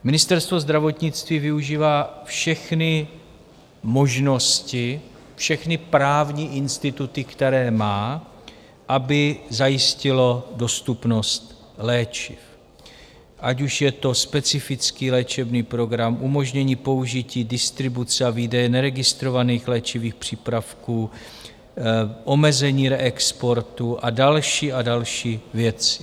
Ministerstvo zdravotnictví využívá všechny možnosti, všechny právní instituty, které má, aby zajistilo dostupnost léčiv, ať už je to specifický léčebný program, umožnění použití distribuce a výdeje neregistrovaných léčivých přípravků, omezení reexportu a další a další věci.